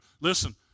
Listen